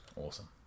Awesome